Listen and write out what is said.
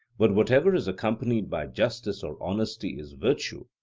but whatever is accompanied by justice or honesty is virtue,